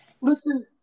Listen